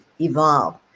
evolve